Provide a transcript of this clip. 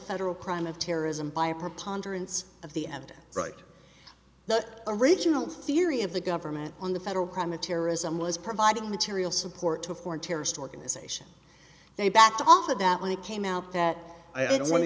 federal crime of terrorism by a preponderance of the of the right the original theory of the government on the federal crime of terrorism was providing material support to a foreign terrorist organization they backed off of that when it came out that i don't want to